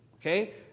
okay